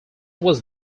was